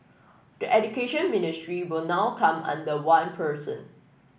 the Education Ministry will now come under one person